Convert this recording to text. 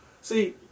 see